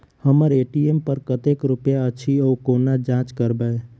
हम्मर ए.टी.एम पर कतेक रुपया अछि, ओ कोना जाँच करबै?